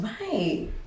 Right